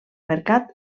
mercat